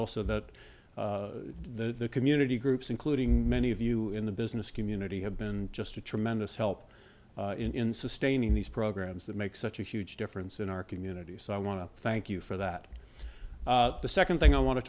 also that the community groups including many of you in the business community have been just a tremendous help in sustaining these programs that make such a huge difference in our community so i want to thank you for that the second thing i want to